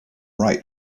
right